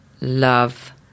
love